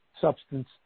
substance